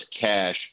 cash